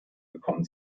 gekommen